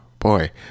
boy